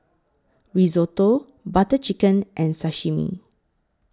Risotto Butter Chicken and Sashimi